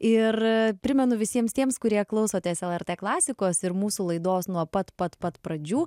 ir primenu visiems tiems kurie klausotės lrt klasikos ir mūsų laidos nuo pat pat pat pradžių